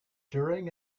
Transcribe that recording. during